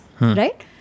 Right